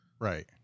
Right